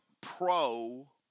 pro